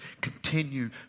continue